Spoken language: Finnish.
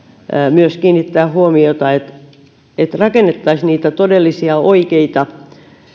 myös kiinnittää huomiota jotta rakennettaisiin niitä todellisia oikeita